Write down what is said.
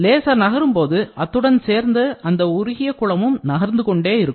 laser நகரும்போது அத்துடன் சேர்ந்து அந்த உருகிய குளமும் நகர்ந்துகொண்டே இருக்கும்